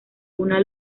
una